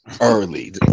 early